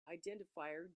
identifier